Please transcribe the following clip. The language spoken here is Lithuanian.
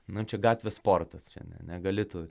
nu čia gatvės sportas čia ne ne negali tu